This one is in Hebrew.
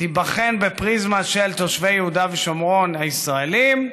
תיבחן בפריזמה של תושבי יהודה ושומרון הישראלים.